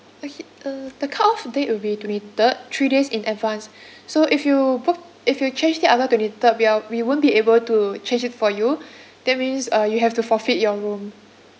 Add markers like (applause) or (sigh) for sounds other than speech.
okay uh the cut off date will be twenty third three days in advance (breath) so if you book if you change it after twenty third we are we won't be able to change it for you that means uh you have to forfeit your room